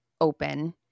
open